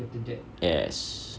yes